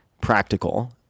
practical